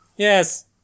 Yes